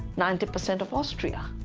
ninety percent of austria.